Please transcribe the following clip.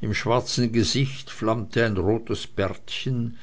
im schwarzen gesichte flammte ein rotes bärtchen